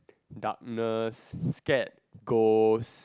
darkness scared ghost